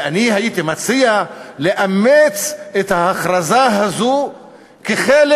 ואני הייתי מציע לאמץ את ההכרזה הזאת כחלק